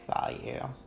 value